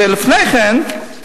ולפני כן,